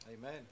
Amen